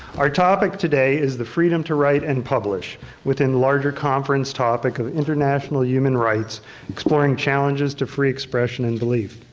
our topic today is the freedom to write and publish within larger conference topic of international human rights exploring challenges to free expression and belief.